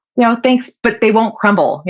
you know thanks, but they won't crumble. yeah